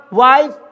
wife